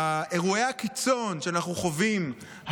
אירועי הקיצון שאנחנו חווים,